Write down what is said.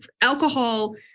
alcohol